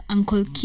Uncle